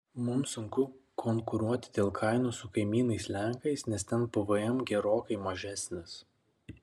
mums sunku konkuruoti dėl kainų su kaimynais lenkais nes ten pvm gerokai mažesnis